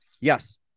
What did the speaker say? Yes